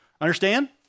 Understand